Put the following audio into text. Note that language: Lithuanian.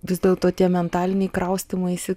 vis dėlto tie mentaliniai kraustymaisi